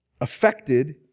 affected